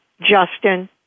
Justin